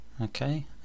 Okay